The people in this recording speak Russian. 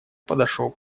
подошел